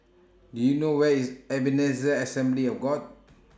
Do YOU know Where IS Ebenezer Assembly of God